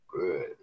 Good